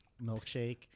Milkshake